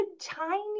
tiny